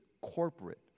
corporate